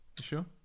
sure